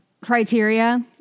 criteria